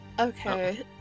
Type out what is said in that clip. Okay